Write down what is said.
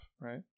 right